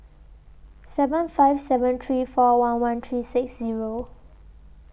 seven five seven three four one one three six Zero